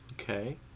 Okay